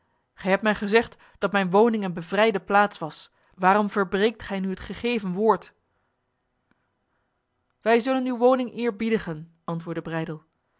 gij hebt mij gezegd dat mijn woning een bevrijde plaats was waarom verbreekt gij nu het gegeven woord wij zullen uw woning eerbiedigen antwoordde breydel